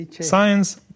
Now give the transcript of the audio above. Science